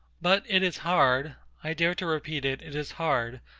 but it is hard i dare to repeat it, it is hard,